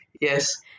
yes